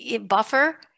buffer